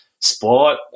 sport